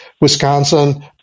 Wisconsin